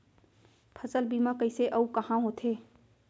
फसल बीमा कइसे अऊ कहाँ होथे?